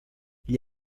gli